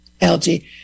algae